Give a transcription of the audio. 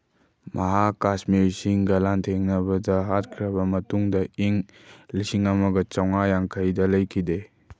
ꯃꯍꯥꯛ ꯀꯥꯁꯃꯤꯔꯁꯤꯡꯒ ꯂꯥꯟꯊꯦꯡꯅꯕꯗ ꯍꯥꯠꯈ꯭ꯔꯕ ꯃꯇꯨꯡꯗ ꯏꯪ ꯂꯤꯁꯤꯡ ꯑꯃꯒ ꯆꯧꯉꯥ ꯌꯥꯡꯈꯩꯗ ꯂꯩꯈꯤꯗꯦ